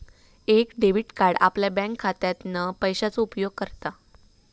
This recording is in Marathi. एक डेबिट कार्ड आपल्या बँकखात्यातना पैशाचो उपयोग करता